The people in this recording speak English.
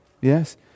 Yes